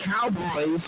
Cowboys